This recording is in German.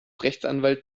rechtsanwalt